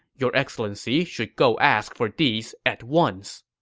your excellency should go ask for these at once.